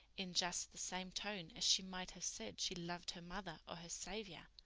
in just the same tone as she might have said she loved her mother or her savior.